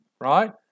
right